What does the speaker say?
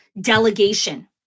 delegation